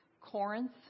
Corinth